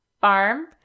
farm